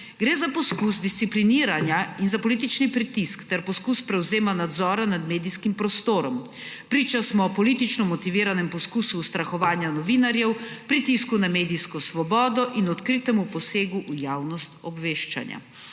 Gre za poskus discipliniranja in za politični pritisk, ter poskus prevzema nadzora nad medijskim prostorom. Priča smo politično motiviranem poskusu ustrahovanja novinarjev, pritisku na medijsko **5. TRAK: (SC) – 13.20** (nadaljevanje)